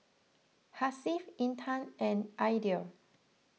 Hasif Intan and Aidil